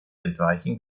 entweichen